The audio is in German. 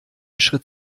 schritt